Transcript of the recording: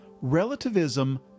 relativism